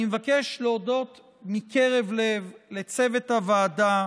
אני מבקש להודות מקרב לב לצוות הוועדה,